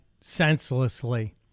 senselessly